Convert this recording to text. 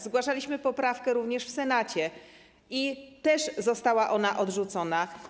Zgłaszaliśmy poprawkę również w Senacie i też została ona odrzucona.